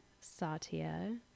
Satya